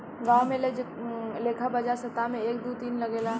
गांवो में ऐ लेखा बाजार सप्ताह में एक दू दिन लागेला